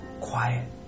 quiet